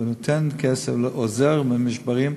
הוא נותן כסף ועוזר במשברים.